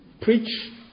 preach